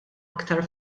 aktar